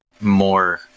more